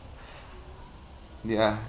ya